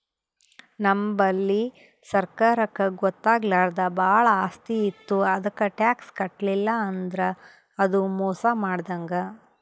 ನಮ್ ಬಲ್ಲಿ ಸರ್ಕಾರಕ್ಕ್ ಗೊತ್ತಾಗ್ಲಾರ್ದೆ ಭಾಳ್ ಆಸ್ತಿ ಇತ್ತು ಅದಕ್ಕ್ ಟ್ಯಾಕ್ಸ್ ಕಟ್ಟಲಿಲ್ಲ್ ಅಂದ್ರ ಅದು ಮೋಸ್ ಮಾಡಿದಂಗ್